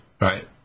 right